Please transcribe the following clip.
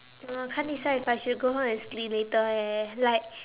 don't know can't decide if I should go home and sleep later eh like